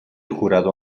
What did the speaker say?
jurado